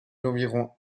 d’environ